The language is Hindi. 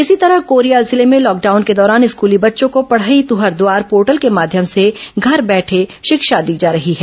इसी तरह कोरिया जिले में लॉकडाउन के दौरान स्कूली बच्चों को पढ़ई तुंहर दुआर पोर्टल के माध्यम से घर बैठे शिक्षा दी जा रही है